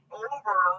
over